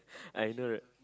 I know